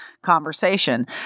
conversation